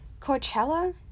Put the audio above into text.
Coachella